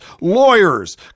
lawyers